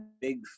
big